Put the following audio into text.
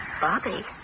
Bobby